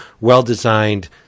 well-designed